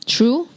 True